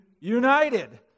united